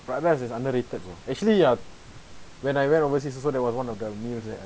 fried rice is underrated bro actually ya when I went overseas also that was one of the meal that I